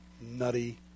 nutty